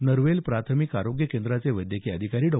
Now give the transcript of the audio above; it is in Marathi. नरवेल प्राथमिक आरोग्य केंद्राचे वैद्यकीय अधिकारी डॉ